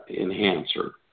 enhancer